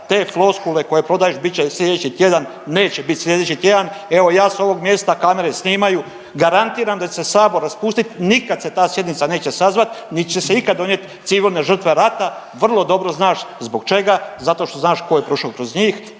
Te floskule koje prodaješ bit će sljedeći tjedan, neće bit sljedeći tjedan. Evo ja sa ovog mjesta kamere snimaju garantiram da će se Sabor raspustiti, nikad se ta sjednica neće sazvati, niti će se ikad donijeti civilne žrtve rata. Vrlo dobro znaš zbog čega, zato što znaš tko je prošao kroz njih